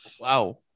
Wow